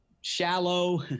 shallow